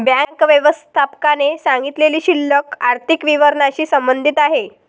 bank व्यवस्थापकाने सांगितलेली शिल्लक आर्थिक विवरणाशी संबंधित आहे